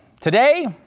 Today